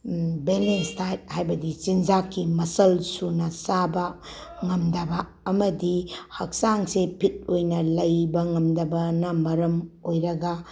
balance diet ꯍꯥꯏꯕꯗꯤ ꯆꯤꯟꯖꯥꯛꯀꯤ ꯃꯆꯜ ꯁꯨꯅ ꯆꯥꯕ ꯉꯝꯗꯕ ꯑꯃꯗꯤ ꯍꯛꯆꯥꯡꯁꯦ ꯐꯤꯠ ꯑꯣꯏꯅ ꯂꯩꯕ ꯉꯝꯗꯕꯅ ꯃꯔꯝ ꯑꯣꯏꯔꯒ